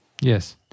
yes